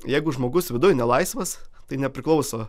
jeigu žmogus viduj nelaisvas tai nepriklauso